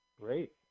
Great